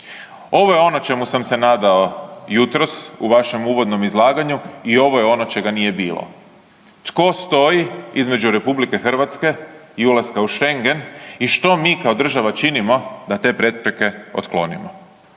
Ovo je ono o čemu sam se nadao jutros u vašem uvodnom izlaganju i ovo je ono čega nije bilo. Tko stoji između RH i ulaska u Šengen i što mi kao država činimo da te prepreke otklonimo?